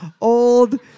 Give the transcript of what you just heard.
Old